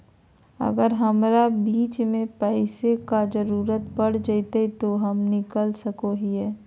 अगर हमरा बीच में पैसे का जरूरत पड़ जयते तो हम निकल सको हीये